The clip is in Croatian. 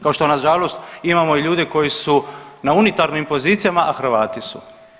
Kao što nažalost imamo i ljude koji su unitarnim pozicijama, a Hrvati su.